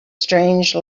strange